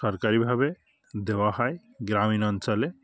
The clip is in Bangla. সরকারিভাবে দেওয়া হয় গ্রামীণ অঞ্চলে